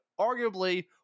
arguably